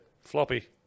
Floppy